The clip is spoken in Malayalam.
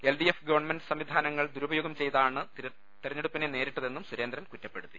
എൽഡിഎഫ് ഗവൺമെന്റ് സംവിധാനങ്ങൾ ദുരുപയോഗം ചെയ്താണ് തെരഞ്ഞെടുപ്പിനെ നേരിട്ടതെന്നും സുരേന്ദ്രൻ കുറ്റപ്പെ ടുത്തി